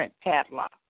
padlock